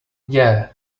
yeah